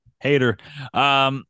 hater